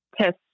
test